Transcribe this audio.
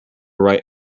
right